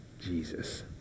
Jesus